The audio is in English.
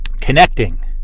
connecting